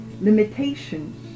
limitations